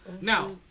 Now